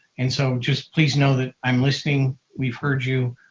and so just please know that i'm listening. we've heard you.